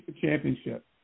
championship